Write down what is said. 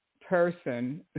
person